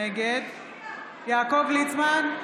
נגד יעקב ליצמן,